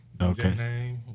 Okay